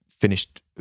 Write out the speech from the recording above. finished